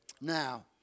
Now